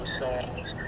songs